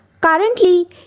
currently